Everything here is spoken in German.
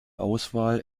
auswahl